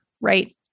right